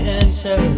answer